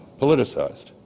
politicized